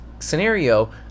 scenario